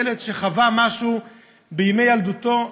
ילד שחווה משהו בימי ילדותו,